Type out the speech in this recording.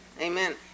Amen